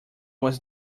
was